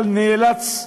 אבל נאלץ,